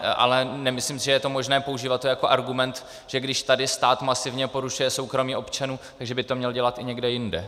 Ale nemyslím si, že je možné používat to jako argument, že když tady stát masivně porušuje soukromí občanů, tak že by to měl dělat i někde jinde.